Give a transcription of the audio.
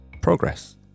progress